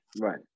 right